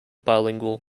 bilingual